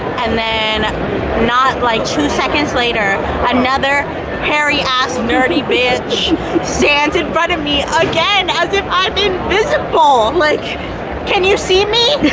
and then not like two seconds later another hairy ass nerdy bitch stands in front of me again as if i'm invisible like can you see me,